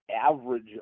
average